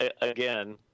again